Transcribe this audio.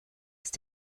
ist